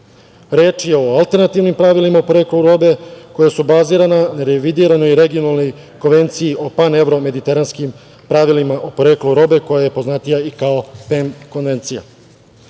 Reč je o alternativnim pravilima o poreklu robe koja su bazirana, revidirana u Regionalnoj konvenciji o pan-evro-mediteranskim pravilima o poreklu robe koja je poznatija i kao PEM konvencija. Cilj